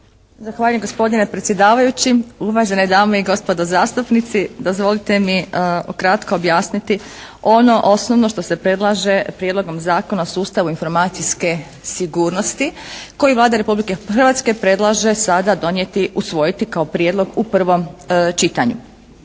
Zahvaljujem gospodine predsjedavajući, uvažene dame i gospodo zastupnici. Dozvolite mi ukratko objasniti ono osnovno što se predlaže Prijedlogom Zakona o sustavu informacijske sigurnosti koji Vlada Republike Hrvatske predlaže sada donijeti usvojiti kao prijedlog u prvom čitanju.